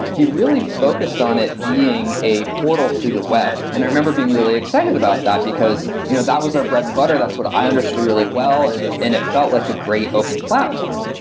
he really focused on it being a portal to the web. and i remember being really excited about that, because you know that was our bread-and-butter. that's what i understood really well, and it and it felt like a great open platform.